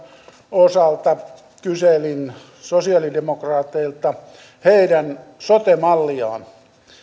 osalta kyselin sosialidemokraateilta heidän sote malliaan